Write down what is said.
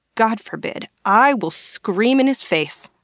god forbid, i will scream in his face!